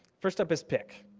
first up is pick.